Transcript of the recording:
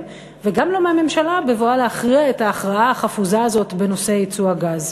וגם לא מהממשלה בבואה להכריע את ההכרעה החפוזה הזאת בנושא יצוא הגז.